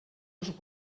els